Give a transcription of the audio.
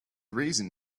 reason